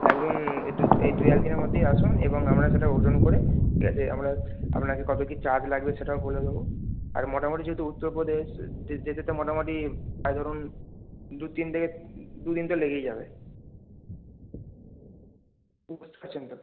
একদিন এই দু এক দিনের মধ্যেই আসুন এবং আমরা সেটা ওজন করে ঠিক আছে আমরা আপনাকে কতো কী চার্জ লাগবে সেটাও বলে দেবো আর মোটামুটি যেহেতু উত্তরপ্রদেশ যেতে তো মোটামুটি তা ধরুন দু তিন থেকে দু দিন তো লেগেই যাবে